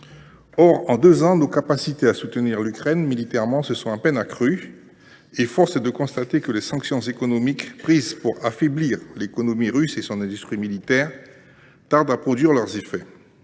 Or, en deux ans, nos capacités à soutenir l’Ukraine militairement se sont à peine accrues, et force est de constater que les sanctions économiques prises pour affaiblir l’économie russe et son industrie militaire tardent à produire leurs effets.